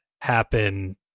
happen